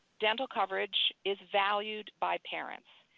dental coverage is valued by parents.